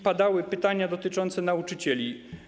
Padały pytania dotyczące nauczycieli.